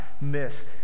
miss